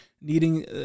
needing